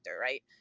right